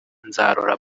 nzarora